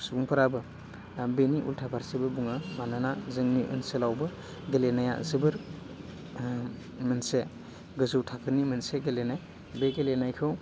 सुबुंफोराबो बेनि उल्था फारसेबो बुङो मानोना जोंनि ओनसोलावबो गेलेनाया जोबोर मोनसे गोजौ थाखोनि मोनसे गेलेनाय बे गेलेनायखौ